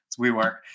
WeWork